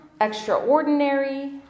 extraordinary